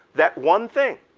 that one thing.